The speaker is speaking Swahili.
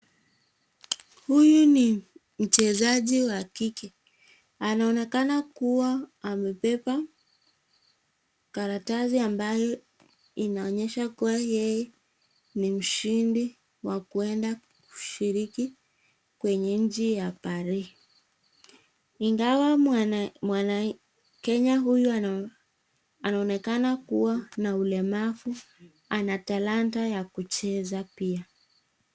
Huyu ni mchezaji wa kike, anaonekana kuwa amebeba karatasi ambayo inaonyesha kuwa yeye ni mshindi wa kwenda kushiriki kwenye nchi ya Pare. Ingawa mwana Kenya huyu anaonekana kuwa na ulemavu ana talanta ya kucheza pia.